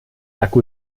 akku